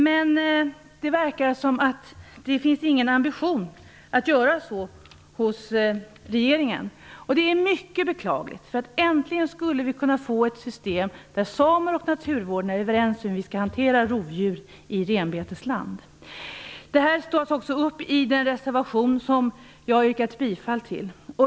Men det verkar som om det inte finns någon ambition hos regeringen att göra det, och det är mycket beklagligt. Vi skulle nu äntligen kunna få ett system där samerna och naturvårdarna är överens om hur rovdjur i renbetesland skall hanteras. Det här tas också upp i den reservation som jag har yrkat bifall till.